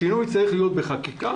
השינוי צריך להיות בחקיקה.